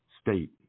state